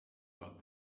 got